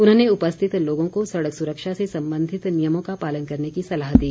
उन्होंने उपस्थित लोगों को सड़क सुरक्षा से संबंधित नियमों का पालन करने की सलाह दी